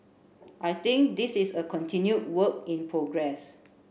I think this is a continued work in progress